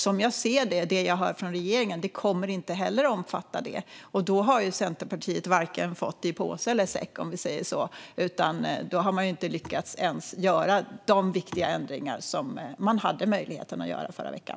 Som jag ser det, och på det jag hör från regeringen, kommer detta inte heller att omfatta det, och då har ju Centerpartiet varken fått det i påse eller säck, om vi säger så. Då har man ju inte ens lyckats göra de viktiga ändringar som man hade möjlighet att göra i förra veckan.